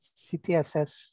CTSS